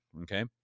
okay